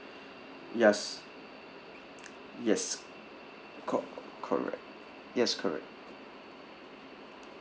yes yes co~ correct yes correct